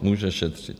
Může šetřit.